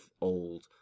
old